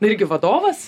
irgi vadovas